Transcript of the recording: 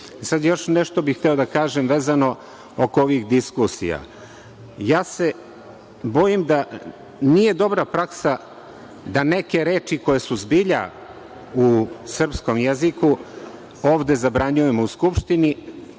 nešto bih hteo da kažem vezano oko ovih diskusija, bojim se da nije dobra praksa da neke reči koje su zbilja u srpskom jeziku ovde zabranjujemo u Skupštini,